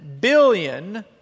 billion